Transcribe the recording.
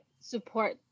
support